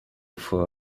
for